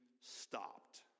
stopped